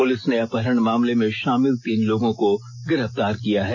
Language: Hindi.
पुलिस ने अपहरण मामले में शामिल तीन लोगों को गिरफ्तार किया है